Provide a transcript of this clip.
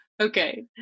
Okay